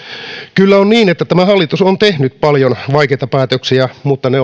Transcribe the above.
kyllä on niin että tämä hallitus on tehnyt paljon vaikeita päätöksiä mutta ne